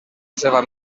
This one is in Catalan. seva